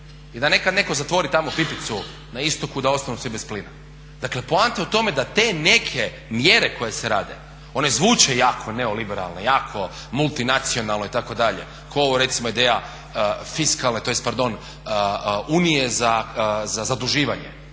i da nekad netko zatvori tamo pipicu na istoku da ostanu svi bez plina. Dakle poanta je u tome da te neke mjere koje se rade, one zvuče jako neoliberalno, jako multinacionalno itd., kao ova recimo ideja fiskalne tj. pardon unije za zaduživanje,